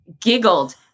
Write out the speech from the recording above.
giggled